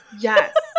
Yes